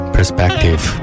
Perspective 》